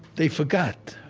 they forgot.